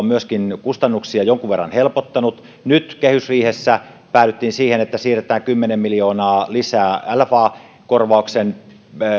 myöskin on helpottanut kustannuksia jonkun verran nyt kehysriihessä päädyttiin siihen että siirretään kymmenen miljoonaa lisää lfa korvauksen